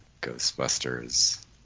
Ghostbusters